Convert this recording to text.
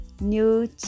new